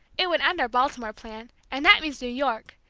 it would end our baltimore plan, and that means new york,